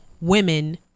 women